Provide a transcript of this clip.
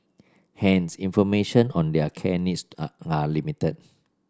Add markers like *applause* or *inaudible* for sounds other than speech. hence information on their care needs *unintelligible* are are limited